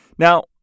Now